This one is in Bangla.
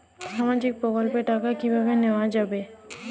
সামাজিক প্রকল্পের টাকা কিভাবে নেওয়া যাবে?